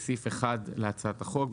בסעיף 1 להצעת החוק,